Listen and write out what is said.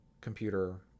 computer